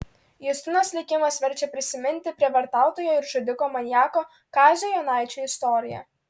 justinos likimas verčia prisiminti prievartautojo ir žudiko maniako kazio jonaičio istoriją